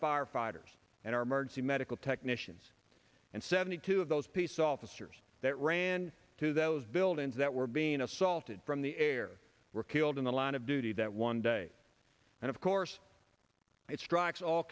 firefighters and our emergency medical technicians and seventy two of those peace officers that ran to those buildings that were being assaulted from the air were killed in the line of duty that one day and of course it strikes all